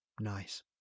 nice